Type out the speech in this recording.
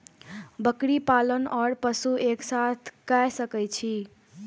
बकरी पालन ओर पशु एक साथ कई सके छी?